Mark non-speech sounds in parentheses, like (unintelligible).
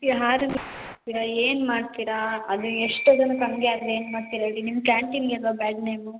(unintelligible) ಏನು ಮಾಡ್ತೀರಾ ಅದು ಎಷ್ಟೋ ಜನಕ್ಕೆ ಹಾಗೆ ಆದರೆ ಏನು ಮಾಡ್ತೀರ ಅದು ನಿಮ್ಮ ಕ್ಯಾಂಟೀನ್ಗೆ ಅಲ್ಲವ ಬ್ಯಾಡ್ ನೇಮು